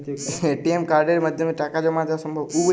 ATM কার্ডের মাধ্যমে টাকা জমা দেওয়া সম্ভব?